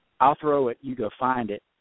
I'll-throw-it-you-go-find-it